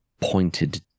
pointed